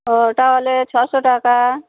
ও ওটা হলে ছশো টাকা